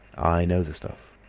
i know the stuff.